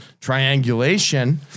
triangulation